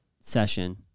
session